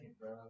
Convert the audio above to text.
bro